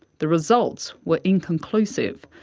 the results were inconclusive.